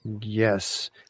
Yes